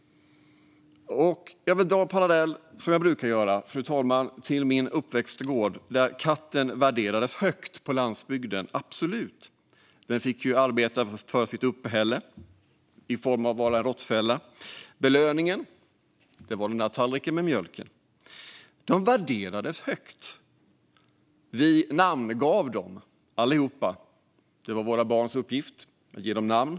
Fru talman! Jag vill som jag brukar göra dra en parallell till min uppväxtgård, där katten absolut värderades högt på landsbygden. Den fick arbeta för sitt uppehälle i form av att vara en råttfälla. Belöningen var tallriken med mjölken. De värderades högt. Vi namngav dem allihop. Det var en uppgift för oss barn att ge dem namn.